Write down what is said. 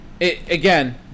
again